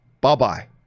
bye-bye